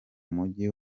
mujyi